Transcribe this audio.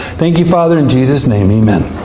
thank you, father, in jesus' name, amen.